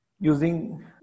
using